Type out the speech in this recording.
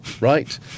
right